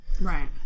Right